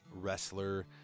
wrestler